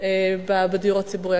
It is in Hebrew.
בדיור הציבורי.